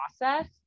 process